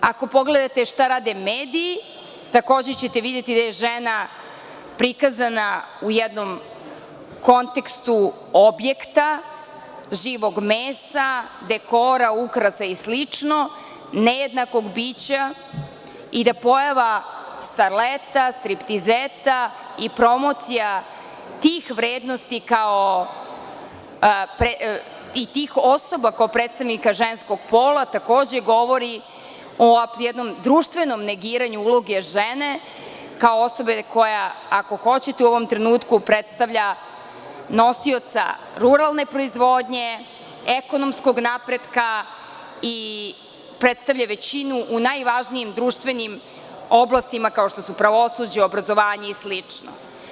Ako pogledate šta rade mediji, takođe ćete videti da je žena prikazana u jednom kontekstu objekta živog mesa, dekora, ukrasa i slično, nejednakog bića i da pojava starleta, striptizeta i promocija tih vrednosti kao, tih osoba kao predstavnika ženskog pola, takođe govori o jednom društvenom negiranju uloge žene, kao osobe koja, ako hoćete u ovom trenutku predstavlja nosioca ruralne proizvodnje, ekonomskog napretka i predstavlja većinu u najvažnijim društvenim oblastima, kao što su pravosuđe, obrazovanje i slično.